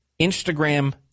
Instagram